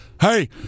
Hey